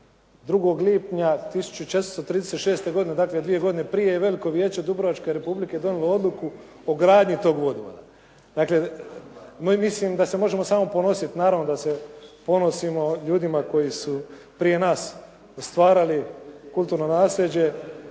2. lipnja 1436. godine, dakle, dvije godine prije je veliko Vijeće Dubrovačke Republike donijelo odluku o gradnji toga vodovoda. Dakle, mislim da se možemo samo ponositi, naravno da se ponosimo ljudima koji su prije nas stvarali kulturno nasljeđe